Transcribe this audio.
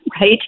right